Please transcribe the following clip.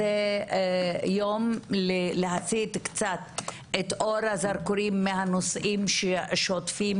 זה יום להסיט קצת את אור הזרקורים מהנושאים השוטפים